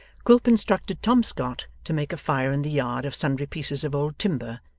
quilp instructed tom scott to make a fire in the yard of sundry pieces of old timber,